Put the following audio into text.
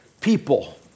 people